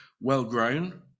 well-grown